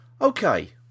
Okay